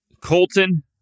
Colton